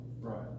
Right